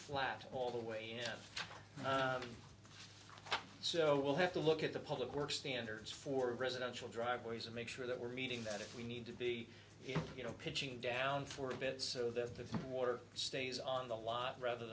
flat all the way so we'll have to look at the public works standards for residential driveways and make sure that we're meeting that we need to be you know pitching down for a bit so that the water stays on the lot rather